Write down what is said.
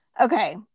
Okay